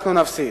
שאנחנו נפסיד.